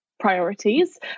priorities